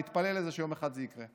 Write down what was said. אני מתפלל לזה שיום אחד זה יקרה,